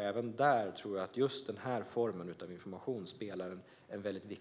Även där tror jag att just den här formen av information spelar en viktig roll.